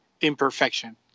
imperfection